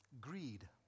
Greed